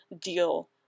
deal